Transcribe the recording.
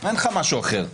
אין לך משהו אחר.